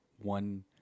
one